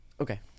okay